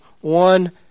one